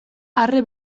arre